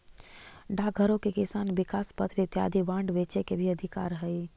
डाकघरो के किसान विकास पत्र इत्यादि बांड बेचे के भी अधिकार हइ